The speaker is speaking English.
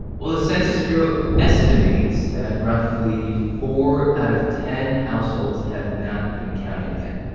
well, the census bureau estimates that roughly four out of ten households have not been counted yet.